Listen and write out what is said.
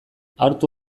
hartu